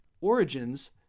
Origins